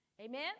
Amen